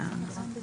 דיווח לכנסת5.